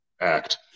Act